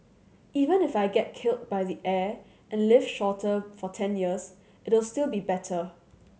even if I get killed by the air and live shorter for ten years it'll still be better